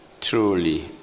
truly